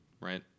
right